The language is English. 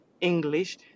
English